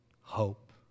hope